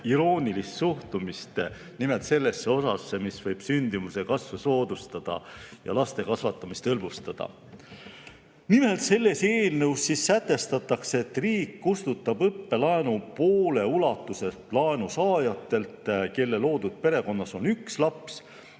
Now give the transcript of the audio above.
iroonilist suhtumist. Just sellesse osasse, mis võib sündimuse kasvu soodustada ja laste kasvatamist hõlbustada. Nimelt, selles eelnõus sätestatakse, et riik kustutab õppelaenu pooles ulatuses laenusaajatel, kelle loodud perekonnas on üks laps,